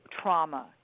trauma